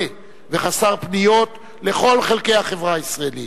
וחסר פניות לכל חלקי החברה הישראלית: